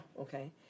okay